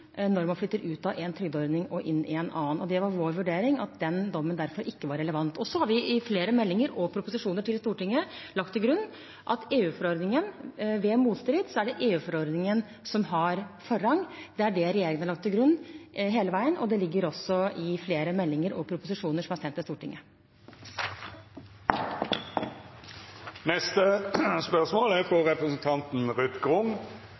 når man flytter ut av en trygdeordning og inn i en annen. Det var vår vurdering at den dommen derfor ikke var relevant. Så har vi i flere meldinger og proposisjoner til Stortinget lagt til grunn at ved motstrid er det EU-forordningen som har forrang. Det er det regjeringen har lagt til grunn hele veien, og det ligger også i flere meldinger og proposisjoner som er sendt til Stortinget. Dette spørsmålet er trekt tilbake. Dette spørsmålet, frå representanten Ruth Grung